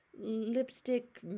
lipstick